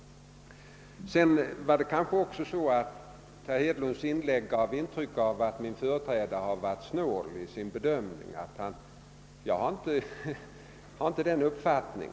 Vidare gav herr Hedlunds inlägg möjligen också intrycket att min företrädare i ämbetet varit litet snål i sin bedömning. Det är inte min uppfattning.